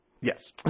Yes